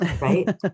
right